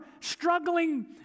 struggling